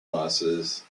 losses